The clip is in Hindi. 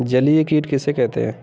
जलीय कीट किसे कहते हैं?